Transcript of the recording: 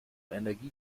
energie